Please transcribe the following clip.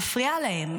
זה מפריע להם.